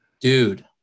Dude